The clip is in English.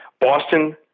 Boston